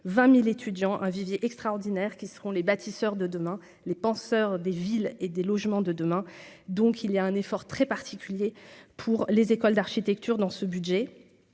20000 étudiants un vivier extraordinaire qui seront les bâtisseurs de demain, les penseurs des villes et des logements de demain, donc il y a un effort très particulier pour les écoles d'architecture dans ce budget,